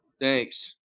Thanks